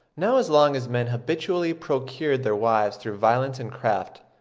now as long as men habitually procured their wives through violence and craft,